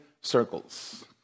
circles